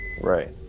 Right